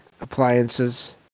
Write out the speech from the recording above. appliances